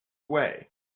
way